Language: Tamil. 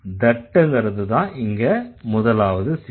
that ங்கறதுதான் இங்க முதலாவது C